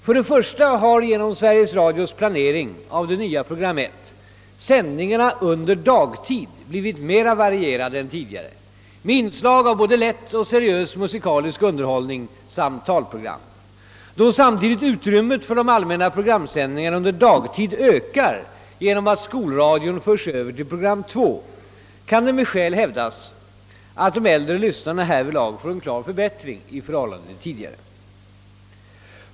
För det första har genom Sveriges Radios planering av det nya program 1 sändningarna under dagtid blivit mera varierade än tidigare med inslag av både lätt och seriös musikalisk underhållning samt talprogram, Då samtidigt utrymmet för de allmänna programsändningarna under dagtid ökar genom att skolradion förs över till program 2, kan det med skäl hävdas, att de äldre lyssnarna härvidlag får en klar förbättring i förhållande till tidigare.